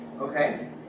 Okay